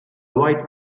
white